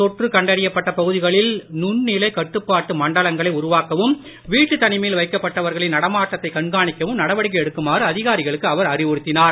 தொற்று கண்டறியப்பட்ட பகுதிகளில் நுண்ணிலை கட்டுப்பாட்டு வீட்டு மண்டலங்களை உருவாக்கவும் தனிமையில் வைக்கப்பட்டவர்களின் நடமாட்டத்தை கண்காணிக்கவும் நடவடிக்கை எடுக்குமாறு அதிகாரிகளுக்கு அவர் அறிவுறுத்தினார்